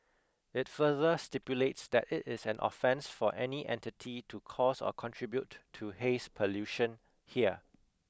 it further stipulates that it is an offence for any entity to cause or contribute to haze pollution here